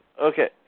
Okay